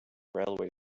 railway